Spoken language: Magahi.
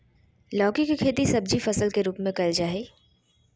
लौकी के खेती सब्जी फसल के रूप में कइल जाय हइ